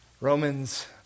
Romans